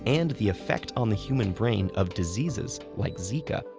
and the effect on the human brain of diseases like zika,